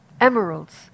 emeralds